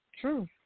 True